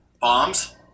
Bombs